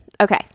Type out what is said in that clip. okay